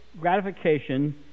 gratification